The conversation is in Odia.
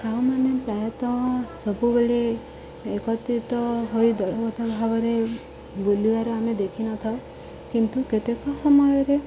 କାଉମାନେ ପ୍ରାୟତଃ ସବୁବେଳେ ଏକତ୍ରିତ ହୋଇ ଦଳଗତ ଭାବରେ ବୁଲିବାର ଆମେ ଦେଖି ନଥାଉ କିନ୍ତୁ କେତେକ ସମୟରେ